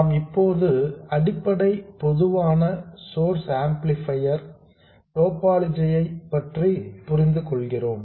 நாம் இப்போது அடிப்படை பொதுவான சோர்ஸ் ஆம்ப்ளிபையர் டோபாலஜி பற்றி புரிந்து கொள்கிறோம்